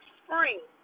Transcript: spring